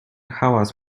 hałas